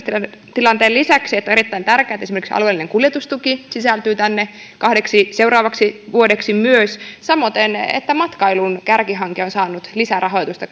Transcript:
työllisyystilanteen lisäksi sitä että on erittäin tärkeätä että esimerkiksi alueellinen kuljetustuki sisältyy tänne kahdeksi seuraavaksi vuodeksi myös samoiten että matkailun kärkihanke on saanut lisärahoitusta